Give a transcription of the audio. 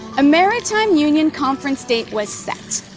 a maritime union conference date was set.